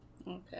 Okay